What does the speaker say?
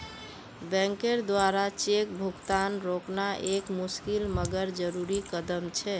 बैंकेर द्वारा चेक भुगतान रोकना एक मुशिकल मगर जरुरी कदम छे